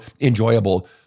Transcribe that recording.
enjoyable